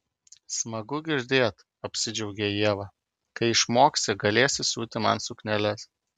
smagu girdėt apsidžiaugė ieva kai išmoksi galėsi siūti man sukneles